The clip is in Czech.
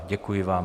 Děkuji vám.